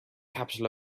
capital